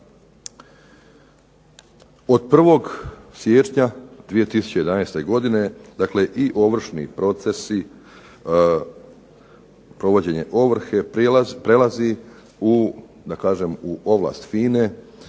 Od 1. siječnja 2011. godine, dakle i ovršni procesi, provođenje ovrhe prelazi u ovlast